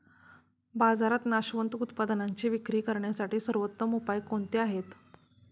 बाजारात नाशवंत उत्पादनांची विक्री करण्यासाठी सर्वोत्तम उपाय कोणते आहेत?